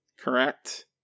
Correct